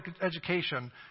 education